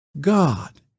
God